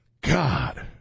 God